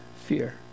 fear